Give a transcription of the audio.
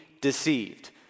deceived